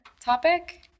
topic